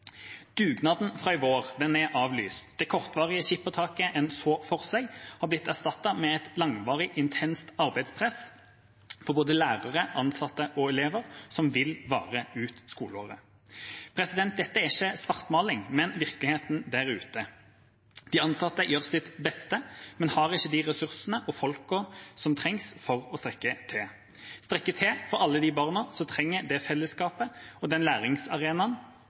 Dugnaden fra i vår er avlyst. Det kortvarige skippertaket en så for seg, har blitt erstattet med et langvarig, intenst arbeidspress for både lærere, ansatte og elever, som vil vare ut skoleåret. Dette er ikke svartmaling, men virkeligheten der ute. De ansatte gjør sitt beste, men har ikke de ressursene og folkene som trengs for å strekke til – strekke til for alle de barna som trenger det fellesskapet og den læringsarenaen